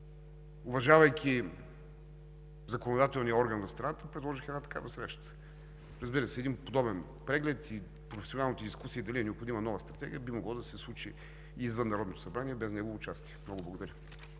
уважавайки законодателния орган на страната, предложих една такава среща. Разбира се, един подобен преглед и професионалната дискусия дали е необходима нова стратегия, би могло да се случи и извън Народното събрание, без негово участие. Много благодаря.